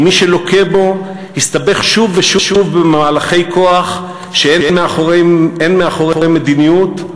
כי מי שלוקה בו יסתבך שוב ושוב במהלכי כוח שאין מאחוריהם מדיניות,